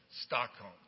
Stockholm